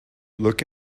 look